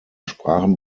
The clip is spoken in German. sprachen